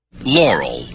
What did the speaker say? laurel